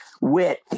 wit